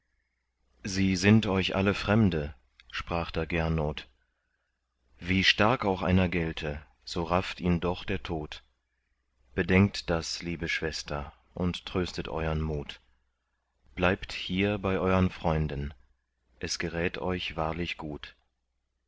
sie sind euch alle fremde sprach da gernot wie stark auch einer gelte so rafft ihn doch der tod bedenkt das liebe schwester und tröstet euern mut bleibt hier bei euern freunden es gerät euch wahrlich gut